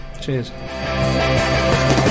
Cheers